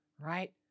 Right